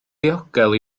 ddiogel